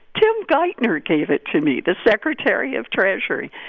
tim geithner gave it to me, the secretary of treasury.